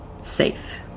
safe